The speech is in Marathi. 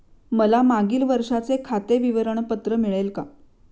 मला मागील वर्षाचे खाते विवरण पत्र मिळेल का?